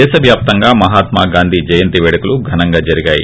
దేశవ్యాప్తంగా మహాత్మా గాంధీ జయంతి వేడుకలు ఘనంగా జరిగాయి